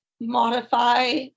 modify